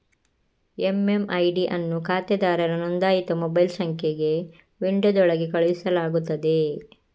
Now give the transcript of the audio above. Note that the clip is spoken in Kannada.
ಎಮ್.ಎಮ್.ಐ.ಡಿ ಅನ್ನು ಖಾತೆದಾರರ ನೋಂದಾಯಿತ ಮೊಬೈಲ್ ಸಂಖ್ಯೆಗೆ ವಿಂಡೋದೊಳಗೆ ಕಳುಹಿಸಲಾಗುತ್ತದೆ